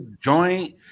joint